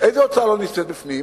איזו הוצאה לא נמצאת בפנים,